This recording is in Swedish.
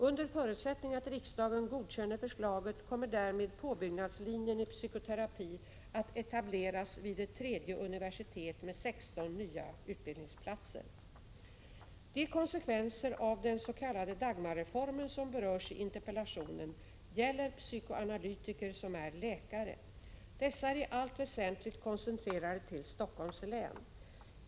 Under förutsättning att riksdagen godkänner förslaget kommer därmed påbyggnadslinjen i psykoterapi att etableras vid ett tredje universitet med 16 nya utbildningsplatser. De konsekvenser av den s.k. Dagmarreformen som berörs i interpellationen gäller psykoanalytiker som är läkare. Dessa är i allt väsentligt koncentrerade till Stockholms län.